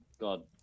god